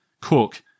Cook